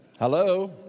Hello